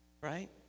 right